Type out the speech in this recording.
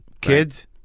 Kids